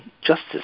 justice